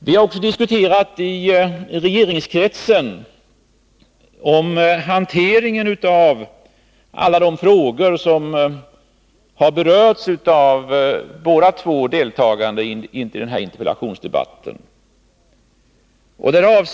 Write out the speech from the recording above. Vi har vidare i regeringskretsen diskuterat också hanteringen av alla de frågor som har berörts av de två övriga deltagarna i denna interpellationsdebatt.